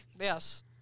yes